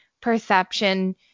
perception